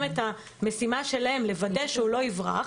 את המשימה שלהם לוודא שהוא לא יברח,